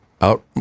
out